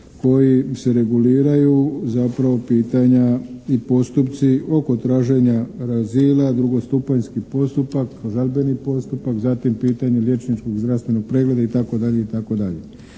kojim se reguliraju zapravo pitanja i postupci oko traženja azila, drugostupanjski postupak, žalbeni postupak, zatim pitanje liječničkog i zdravstvenog pregleda itd.,